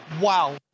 Wow